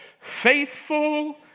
faithful